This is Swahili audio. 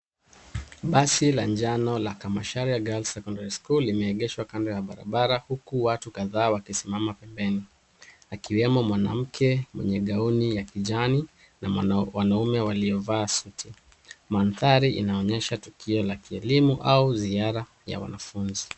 Basi la njano la kamacharia girls secondary school limeegeshwa kando ya barabara huku watu kadhaa wakisimama pembeni, akiwemo mwanamke mwenye gown ya kijani na wanaume waliovaa suti. Mandhari inaonyesha tukio ya kielimu au ziara ya wanafunzi.